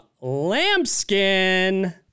Lambskin